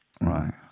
Right